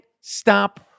stop